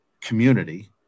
community